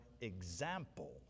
example